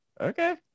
okay